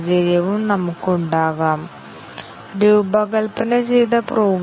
ഇപ്പോൾ നമുക്ക് ഇവിടെ അടിസ്ഥാന ആശയം നോക്കാം